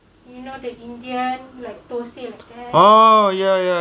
orh ya ya